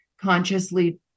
consciously